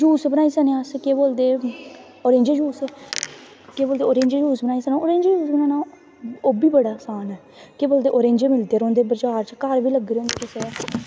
juice बनाई सकने अस केह् बोलदे ओरेंज जूस केह् बोलदे ओरेंज जूस बनाना ओह् बी बड़ा आसान ऐ केह् बोलदे ओरेंज़ मिलदे रौंह्दे बज़ार च घर बी लग्गे दे होंदे कुसें दै